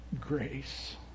grace